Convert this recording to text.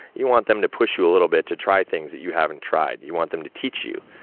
you want them to push you a little bit, to try things that you haven't tried. you want them to teach you.